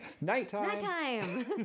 Nighttime